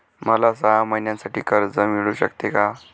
मला सहा महिन्यांसाठी कर्ज मिळू शकते का?